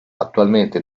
attualmente